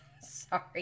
Sorry